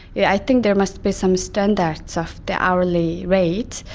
yeah i think there must be some standards of the hourly rates.